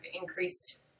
increased